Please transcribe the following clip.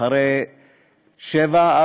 אחרי שבע,